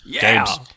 Games